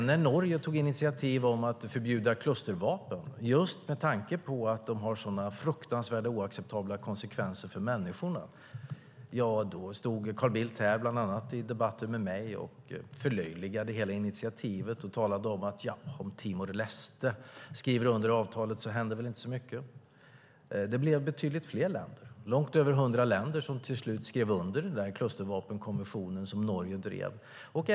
När sedan Norge tog initiativ till att förbjuda klustervapen, just med tanke på att dessa vapen har sådana fruktansvärda och oacceptabla konsekvenser för människorna, stod Carl Bildt här i riksdagen, bland annat i debatter med mig, och förlöjligade hela initiativet och sade att det väl inte skulle hända så mycket om Timor-Leste skriver under avtalet. Det blev dock betydligt fler länder, långt över 100 länder, som till slut skrev under klustervapenkonventionen som Norge drev fram.